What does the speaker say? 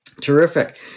Terrific